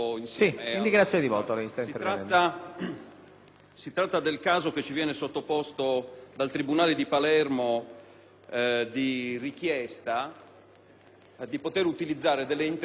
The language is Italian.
Si tratta del caso, che ci viene sottoposto dal tribunale di Palermo, di richiesta di poter utilizzare le intercettazioni indirette del senatore Marcello Dell'Utri.